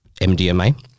MDMA